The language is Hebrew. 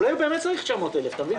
אולי הוא באמת צריך 900,000 שקל.